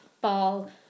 ball